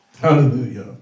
Hallelujah